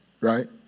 right